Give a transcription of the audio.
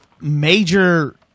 major